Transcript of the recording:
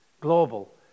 Global